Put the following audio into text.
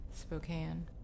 Spokane